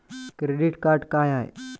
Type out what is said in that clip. Credit card का हाय?